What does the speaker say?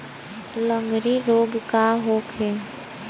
लगंड़ी रोग का होखे?